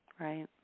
Right